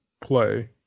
play